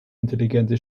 intelligente